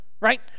Right